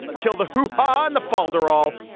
kill the hoo-ha ah and the falderal.